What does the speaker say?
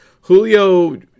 Julio